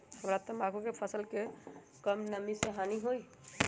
हमरा तंबाकू के फसल के का कम नमी से हानि होई?